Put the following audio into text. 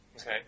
Okay